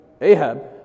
Ahab